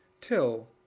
Till